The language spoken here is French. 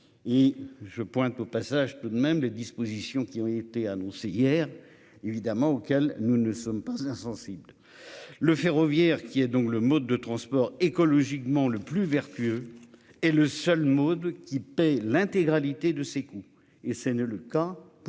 et je pointe au passage tout de même les dispositions qui ont été annoncés hier évidemment auxquels nous ne sommes pas insensible. Le ferroviaire qui est donc le mode de transport écologiquement le plus vertueux et le seul mode qui paie l'intégralité de ses coûts et le cas pour